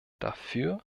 dafür